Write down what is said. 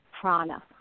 prana